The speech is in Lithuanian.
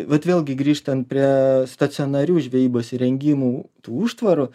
vat vėlgi grįžtant prie stacionarių žvejybos įrengimų tų užtvarų